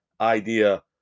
idea